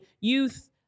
youth